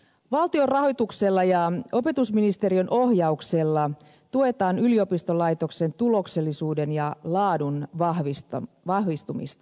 valtion rahoituksella ja opetusministeriön ohjauksella tuetaan yliopistolaitoksen tuloksellisuuden ja laadun vahvistumista